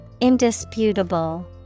Indisputable